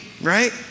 right